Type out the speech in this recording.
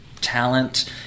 talent